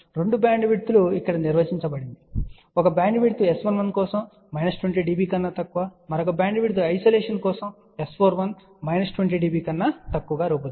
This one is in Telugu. రెండు బ్యాండ్విడ్త్లు ఇక్కడ నిర్వచించబడిందని మీరు చూడవచ్చు ఒక బ్యాండ్విడ్త్ S11 కోసం మైనస్ 20 dB కన్నా తక్కువ మరొక బ్యాండ్విడ్త్ ఐసోలేషన్ కోసం S41 మైనస్ 20 dB కన్నా తక్కువ రూపొందించబడింది